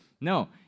No